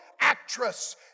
actress